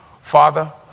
Father